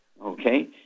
okay